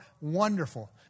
wonderful